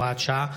הוראת שעה,